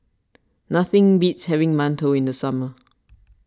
nothing beats having Mantou in the summer